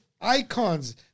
icons